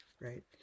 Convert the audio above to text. right